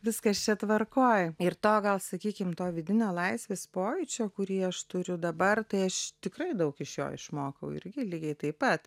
viskas čia tvarkoj ir to gal sakykim to vidinio laisvės pojūčio kurį aš turiu dabar tai aš tikrai daug iš jo išmokau irgi lygiai taip pat